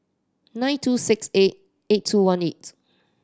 nine two six eight eight two one eight